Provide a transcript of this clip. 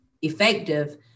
effective